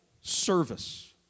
service